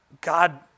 God